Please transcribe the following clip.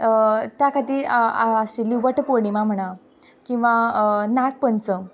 त्या खातीर आशिल्ली वटपौर्णिमा म्हणा किंवां नागपंचम